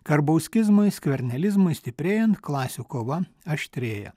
karbauskizmui skvernelizmui stiprėjant klasių kova aštrėja